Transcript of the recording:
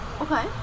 Okay